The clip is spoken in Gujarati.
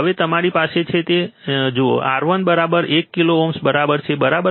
હવે તમારી પાસે છે તે જોતાં R1 બરાબર 1 કિલો ઓહ્મ બરાબર છે બરાબર